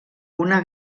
una